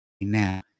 now